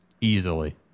Easily